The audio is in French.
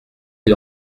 ils